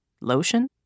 Lotion